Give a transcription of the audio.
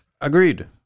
Agreed